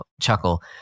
chuckle